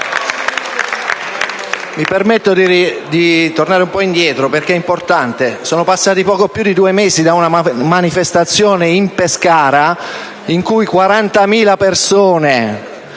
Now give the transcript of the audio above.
Mi permetto di tornare un po' indietro, perché è importante. Sono passati poco più di due mesi da una manifestazione in Pescara in cui 40.000 persone